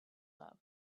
love